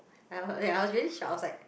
I were ya I was really shock I was like